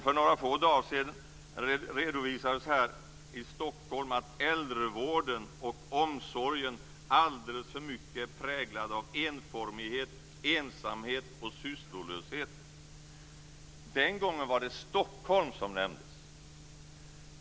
För några få dagar sedan redovisades här i Stockholm att äldrevården och omsorgen alldeles för mycket var präglad av enformighet, ensamhet och sysslolöshet. Den gången var det Stockholm som nämndes.